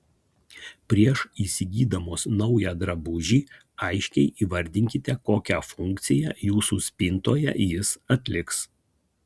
prieš įsigydamos naują drabužį aiškiai įvardinkite kokią funkciją jūsų spintoje jis atliks